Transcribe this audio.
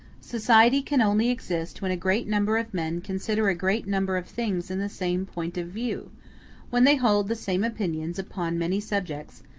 society can only exist when a great number of men consider a great number of things in the same point of view when they hold the same opinions upon many subjects,